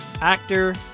actor